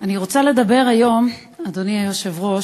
אני רוצה לדבר היום, אדוני היושב-ראש,